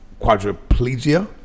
quadriplegia